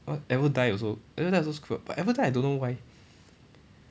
what aerody also aerody also screw up but aerody I don't know why